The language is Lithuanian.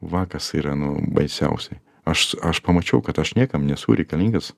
va kas yra nu baisiausiai aš aš pamačiau kad aš niekam nesu reikalingas